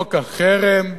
לחוק החרם,